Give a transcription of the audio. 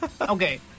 okay